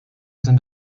sind